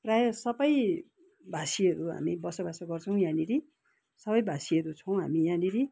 प्रायः सबै भाषीहरू हामी बसोबासो गर्छौँ यहाँनिर सबै भाषीहरू छौँ हामी यहाँनिर